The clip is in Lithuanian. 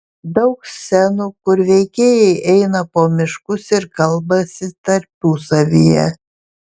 daug scenų kur veikėjai eina po miškus ir kalbasi tarpusavyje